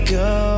go